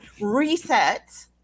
reset